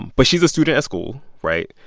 but she's a sort of school, right?